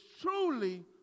truly